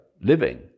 living